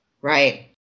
Right